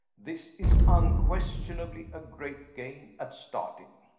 this is unquestionably a great gain at starting.